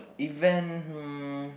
event hmm